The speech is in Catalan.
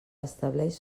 estableix